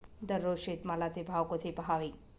दररोज शेतमालाचे भाव कसे पहावे?